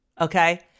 Okay